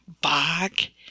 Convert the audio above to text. back